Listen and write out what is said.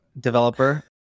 developer